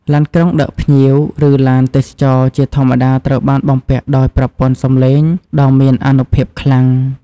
ឡានក្រុងដឹកភ្ញៀវ ឬឡានទេសចរណ៍ជាធម្មតាត្រូវបានបំពាក់ដោយប្រព័ន្ធសម្លេងដ៏មានអនុភាពខ្លាំង។